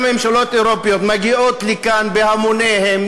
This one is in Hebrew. גם ממשלות אירופיות מגיעות לכאן בהמוניהן,